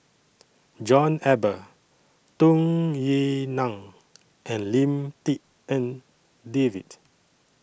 John Eber Tung Yue Nang and Lim Tik En David